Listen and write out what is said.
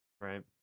right